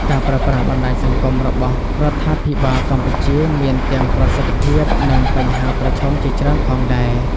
ការប្រើប្រាស់បណ្ដាញសង្គមរបស់រដ្ឋាភិបាលកម្ពុជាមានទាំង ប្រសិទ្ធភាព និងបញ្ហាប្រឈមជាច្រើនផងដែរ។